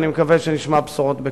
ואני מקווה שנשמע בשורות בקרוב.